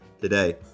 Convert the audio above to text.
today